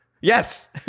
Yes